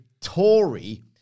Tory